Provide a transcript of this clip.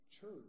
Church